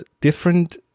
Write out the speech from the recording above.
different